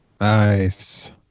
Nice